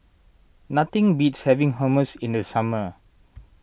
nothing beats having Hummus in the summer